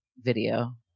video